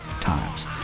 times